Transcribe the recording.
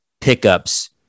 pickups